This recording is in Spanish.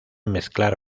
mezclar